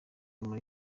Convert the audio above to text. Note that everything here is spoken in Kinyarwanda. muri